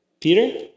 Peter